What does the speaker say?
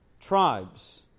tribes